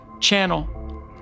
Channel